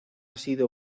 sido